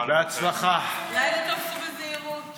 שעה), התשפ"ב 2021, נתקבל.